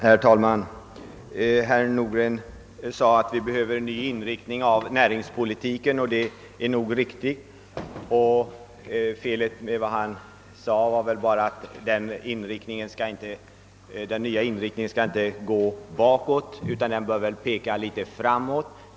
Herr talman! Herr Nordgren förklarade att vi behöver en ny inriktning av näringspolitiken. Det är nog riktigt. Felet med vad han sade var väl bara att denna nya inriktning inte skall gå bakåt utan peka framåt.